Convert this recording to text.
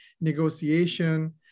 negotiation